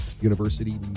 University